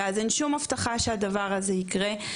ואז אין שום הבטחה שהדבר הזה יקרה,